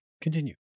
continue